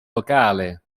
locale